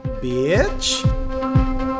Bitch